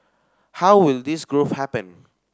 how will this growth happen